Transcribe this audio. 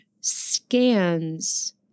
scans